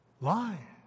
lie